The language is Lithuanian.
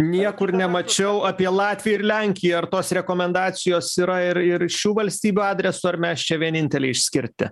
niekur nemačiau apie latviją ir lenkiją ar tos rekomendacijos yra ir ir šių valstybių adresu ar mes čia vieninteliai išskirti